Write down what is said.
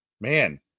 Man